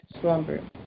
slumber